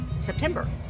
September